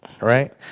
right